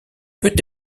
peut